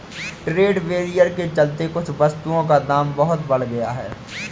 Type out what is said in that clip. trade barrier के चलते कुछ वस्तुओं का दाम बहुत बढ़ गया है